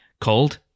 called